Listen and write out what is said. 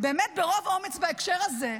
באמת ברוב אומץ בהקשר הזה,